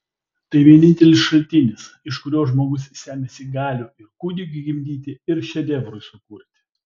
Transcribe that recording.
tai vienintelis šaltinis iš kurio žmogus semiasi galių ir kūdikiui gimdyti ir šedevrui sukurti